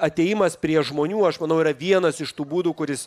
atėjimas prie žmonių aš manau yra vienas iš tų būdų kuris